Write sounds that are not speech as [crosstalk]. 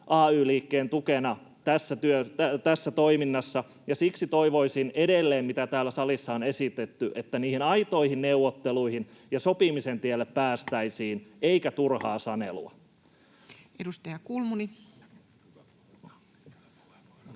ay-liikkeen tukena tässä toiminnassa, ja siksi toivoisin edelleen, mitä täällä salissa on esitetty, että niihin aitoihin neuvotteluihin ja sopimisen tielle päästäisiin [noise]